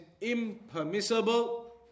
impermissible